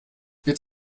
wird